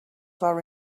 are